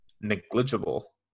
negligible